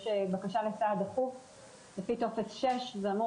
יש בקשה לצעד דחוף לפי טופס 6. זה אמור